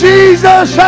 Jesus